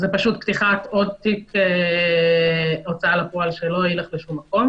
זה פתיחת עוד תיק הוצאה לפועל שלא ילך לשום מקום